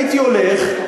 הייתי הולך,